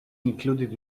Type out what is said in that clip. included